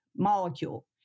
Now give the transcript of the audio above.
molecule